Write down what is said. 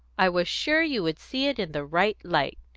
i was sure you would see it in the right light.